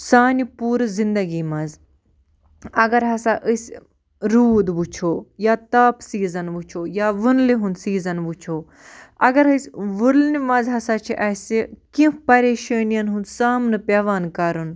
سانہِ پوٗرٕ زِنٛدگی مَنٛز اگر ہسا أسۍ روٗد وٕچھو یا تاپہٕ سیٖزَن وٕچھو یا وٕنلہِ ہُنٛد سیٖزَن وٕچھو اگر أسۍ وُلنہِ مَنٛز ہسا چھِ اَسہِ کیٚنٛہہ پریشٲنیَن ہُنٛد سامنہٕ پٮ۪وان کَرُن